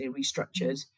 restructured